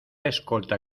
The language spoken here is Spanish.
escolta